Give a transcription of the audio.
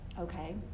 okay